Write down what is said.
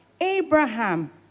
Abraham